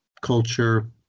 culture